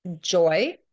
joy